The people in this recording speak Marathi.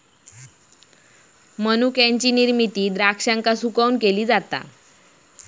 मनुक्याची निर्मिती द्राक्षांका सुकवून केली जाता